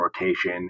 rotation